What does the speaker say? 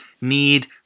need